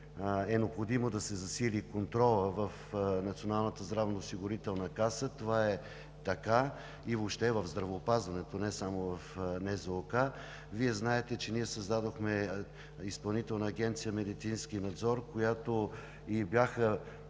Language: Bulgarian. е необходимо да се засили контролът в Националната здравноосигурителна каса и въобще в здравеопазването, това е така. Вие знаете, че ние създадохме Изпълнителна агенция „Медицински надзор“, на която бяха